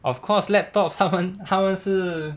of course laptops 他们他们是